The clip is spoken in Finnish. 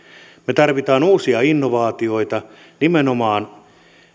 tarvitsemme uusia innovaatioita nimenomaan